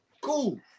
cool